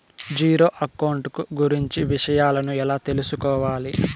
Zero account కు గురించి విషయాలను ఎలా తెలుసుకోవాలి?